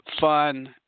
fun